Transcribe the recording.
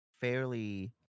fairly